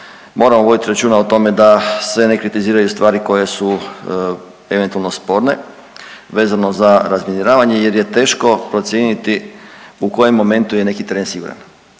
moramo voditi računa o tome da se ne kritiziraju stvari koje su eventualno sporne vezano za razminiravanje jer je teško procijeniti u kojem momentu je neki teren siguran.